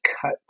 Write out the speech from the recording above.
cut